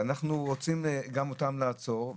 ואנחנו רוצים גם אותם לעצור.